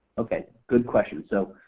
okay. good question. so,